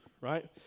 right